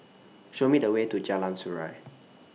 Show Me The Way to Jalan Surau